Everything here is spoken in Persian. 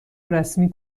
رسمی